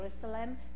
Jerusalem